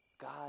God